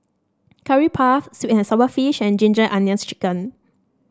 Curry Puff sweet and sour fish and Ginger Onions chicken